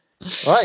right